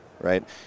Right